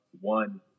one